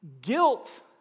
Guilt